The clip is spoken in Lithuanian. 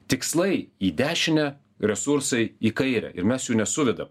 tikslai į dešinę resursai į kairę ir mes jų nesuvedam